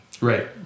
Right